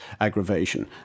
aggravation